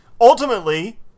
Ultimately